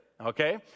okay